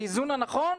באיזון הנכון,